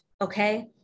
okay